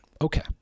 okay